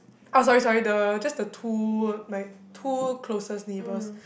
oh sorry sorry the just the two my two closest neighbors